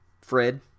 Fred